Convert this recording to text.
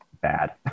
bad